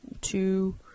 Two